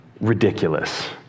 Ridiculous